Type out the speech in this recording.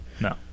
no